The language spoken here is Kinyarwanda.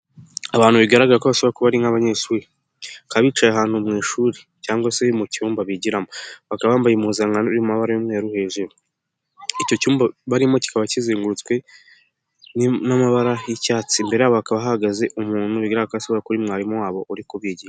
Abantu bigaragara ko bashobora kuba ari nk'abanyeshuri, bakaba bicaye ahantu mu ishuri cyangwa se mu cyumba bigiramo, bakaba bambaye impuzankano iri mu mabara y'umweru hejuru, icyo cyumba barimo kikaba kizengurutswe n'amabara y'icyatsi, imbere yabo hakaba hahagaze umuntu bigaragara ko ashobora kuba ari mwarimu wabo uri kubigisha.